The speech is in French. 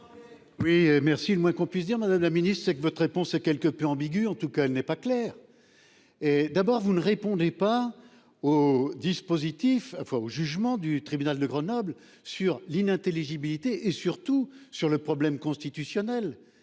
Oui merci. Le moins qu'on puisse dire. Madame la Ministre c'est que votre réponse est quelque peu ambigu en tout cas elle n'est pas clair. Et d'abord vous ne répondez pas aux dispositifs fois au jugement du tribunal de Grenoble sur l'inintelligible IT et surtout sur le problème constitutionnel